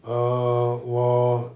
uh 我